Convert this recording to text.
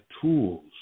tools